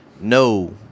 No